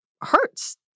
hurts